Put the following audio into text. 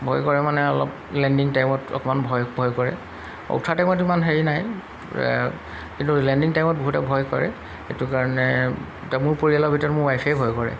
ভয় কৰে মানে অলপ লেণ্ডিং টাইমত অকণমান ভয় ভয় কৰে উঠাৰ টাইমত ইমান হেৰি নাই কিন্তু লেণ্ডিং টাইমত বহুতে ভয় কৰে সেইটো কাৰণে মোৰ পৰিয়ালৰ ভিতৰত মোৰ ৱাইফেই ভয় কৰে